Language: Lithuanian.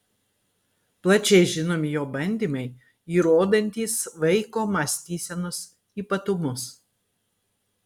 plačiai žinomi jo bandymai įrodantys vaiko mąstysenos ypatumus